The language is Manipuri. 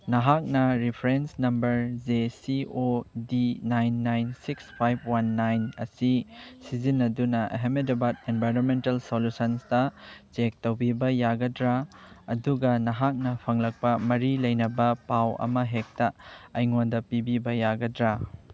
ꯅꯍꯥꯛꯅ reference number J C O D nine nine six ꯐꯥꯏꯕ ꯋꯥꯟ ꯅꯥꯏꯟ ꯑꯁꯤ ꯁꯤꯖꯤꯟꯅꯗꯨꯅ ꯑꯍꯥꯃꯗꯕꯥꯗ ꯑꯦꯟꯕꯥꯏꯔꯣꯟꯃꯦꯟꯇꯦꯜ ꯁꯣꯂꯨꯁꯟꯁꯇ ꯆꯦꯛ ꯇꯧꯕꯤꯕ ꯌꯥꯒꯗ꯭ꯔꯥ ꯑꯗꯨꯒ ꯅꯍꯥꯛꯅ ꯐꯪꯂꯛꯄ ꯃꯔꯤ ꯂꯩꯅꯕ ꯄꯥꯎ ꯑꯃ ꯍꯦꯛꯇ ꯑꯩꯉꯣꯟꯗ ꯄꯤꯕꯤꯕ ꯌꯥꯒꯗ꯭ꯔꯥ